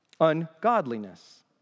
Ungodliness